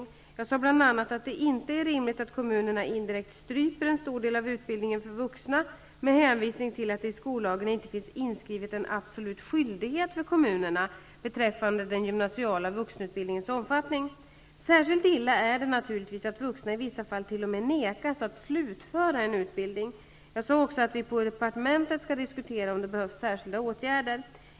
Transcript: Jag sade bl.a. att det inte är rimligt att kommunerna indirekt stryper en stor del av utbildningen för vuxna med hänvisning till att det i skollagen inte finns inskrivet en absolut skyldiget för kommunerna beräffande den gymnasiala vuxenutbildningens omfattning. Särskilt illa är det naturligtvis att vuxna i vissa fall t.o.m. nekas att slutföra en yrkesutbildning. Jag sade också att vi på departementet skall diskutera om det behövs särskilda åtgärder.